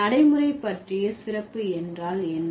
நடைமுறை பற்றிய சிறப்பு என்றால் என்ன